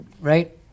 right